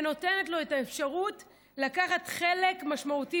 ונותנת לו את האפשרות לקחת חלק משמעותי,